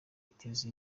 iteza